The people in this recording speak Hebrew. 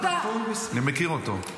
אני מכיר אותו.